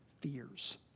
fears